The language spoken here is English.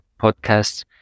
podcasts